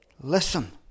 listen